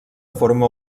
forma